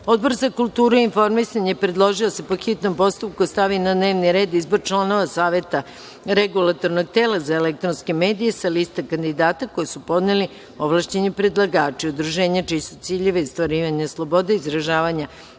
za kulturu i informisanje predložio je da se, po hitnom postupku, stavi na dnevni red – Izbor članova Saveta Regulatornog tela za elektronske medije, sa lista kandidata koje su podneli ovlašćeni predlagači: udruženja čiji su ciljevi ostvarivanje slobode izražavanja